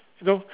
no